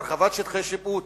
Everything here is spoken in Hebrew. הרחבת שטחי שיפוט